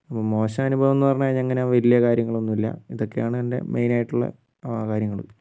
ഇപ്പം മോശം അനുഭവംന്ന് പറഞ്ഞു കഴിഞ്ഞാൽ അങ്ങനെ വലിയ കാര്യങ്ങളൊന്നുമില്ല ഇതൊക്കെയാണ് എൻറ്റെ മെയിനായിട്ടുള്ള കാര്യങ്ങൾ